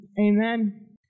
Amen